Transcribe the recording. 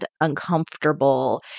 uncomfortable